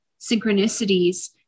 synchronicities